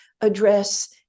address